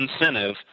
incentive